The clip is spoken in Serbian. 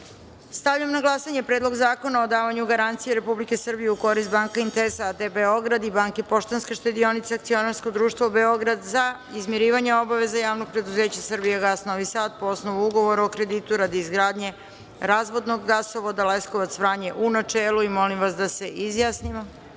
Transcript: zakona. Stavljam na glasanje Predlog zakona o davanju garancije Republike Srbije u korist Banca Intesa AD Beograd i Banke Poštanska štedionica akcionarsko društvo Beograd za izmirivanje obaveza Javnog preduzeća „Srbijagas“ Novi Sad, po osnovu ugovora o kreditu radi izgradnje razvodnog gasovoda Leskovac-Vranje, u načelu. Molim vas da se